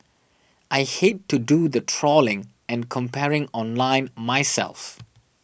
I hate to do the trawling and comparing online myself